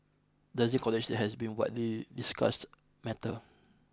rising college has been widely discussed matter